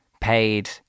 paid